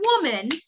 woman